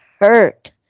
hurt